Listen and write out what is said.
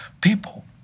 people